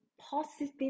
positive